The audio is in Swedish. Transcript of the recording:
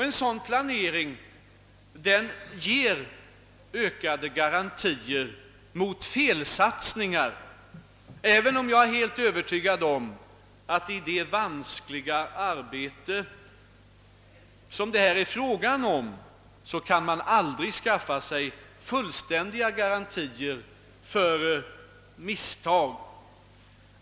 En sådan planering innebär också ökade garantier mot felsatsningar, även om jag : är helt övertygad om att man i det vanskliga arbete som det här är frågan om aldrig kan skaffa sig fullständiga garantier mot misstag.